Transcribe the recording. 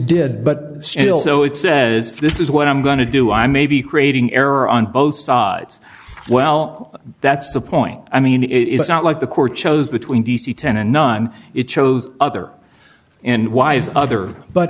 did but still so it says this is what i'm going to do i may be creating error on both sides well that's the point i mean it is not like the court chose between d c ten and nine it chose other and wise other but